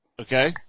Okay